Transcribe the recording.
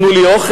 תנו לי אוכל,